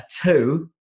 two